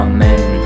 Amen